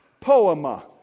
Poema